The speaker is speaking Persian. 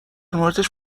موردش